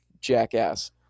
jackass